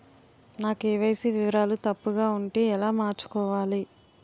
నా కే.వై.సీ వివరాలు తప్పుగా ఉంటే ఎలా మార్చుకోవాలి?